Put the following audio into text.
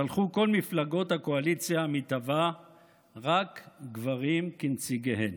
שלחו כל מפלגות הקואליציה המתהווה רק גברים כנציגיהן.